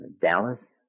Dallas